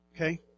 Okay